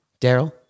Daryl